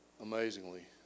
amazingly